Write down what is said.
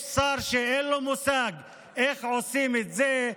יש שר שאין לו מושג איך עושים את זה,